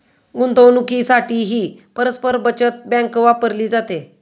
गुंतवणुकीसाठीही परस्पर बचत बँक वापरली जाते